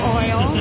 oil